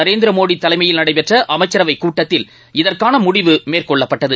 நரேந்திரமோடி தலைமையில் நடைபெற்ற அமைச்சரவைக் கூட்டத்தில் இதற்கான முடிவு மேற்கொள்ளப்பட்டது